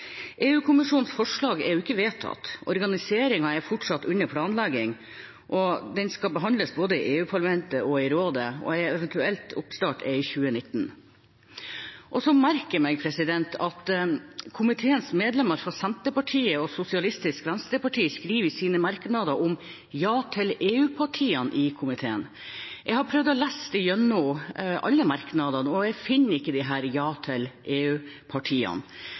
forslag er ikke vedtatt. Organiseringen er fortsatt under planlegging, den skal behandles både i EU-parlamentet og i Rådet, og en eventuell oppstart er i 2019. Jeg merker meg at komiteens medlemmer fra Senterpartiet og Sosialistisk Venstreparti skriver i sine merknader om «Ja til EU-partiene i komiteen». Jeg har prøvd å lese gjennom alle merknadene, og jeg finner ikke disse «Ja til EU-partiene». Hvis de